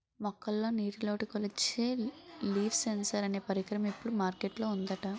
మొక్కల్లో నీటిలోటు కొలిచే లీఫ్ సెన్సార్ అనే పరికరం ఇప్పుడు మార్కెట్ లో ఉందట